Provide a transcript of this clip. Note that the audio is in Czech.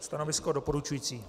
Stanovisko doporučující.